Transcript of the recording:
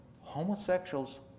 homosexuals